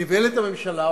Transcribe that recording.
נבהלת הממשלה,